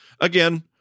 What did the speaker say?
again